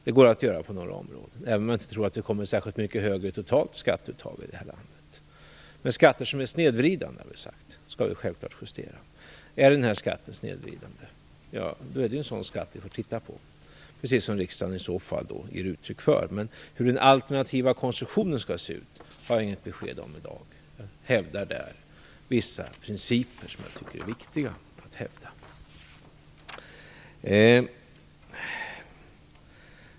Det går att göra det på några områden, även om jag inte tror att vi kommer särskilt mycket högre i totalt skatteuttag i det här landet. Men skatter som är snedvridande skall vi självfallet justera. Om den här skatten är snedvridande så är den en sådan skatt som vi får titta på, precis som riksdagen ger uttryck för. Hur den alternativa konstruktionen skall se ut har jag inget besked om i dag. Jag hävdar där vissa principer, som jag tycker är viktiga att hävda.